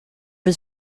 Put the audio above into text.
was